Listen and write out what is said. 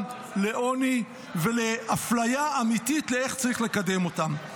לעוני ולאפליה אמיתית לאיך צריך לקדם אותם.